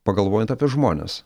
pagalvojant apie žmones